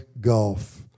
gulf